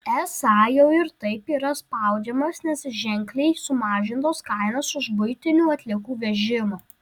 esą jau ir taip yra spaudžiamas nes ženkliai sumažintos kainos už buitinių atliekų vežimą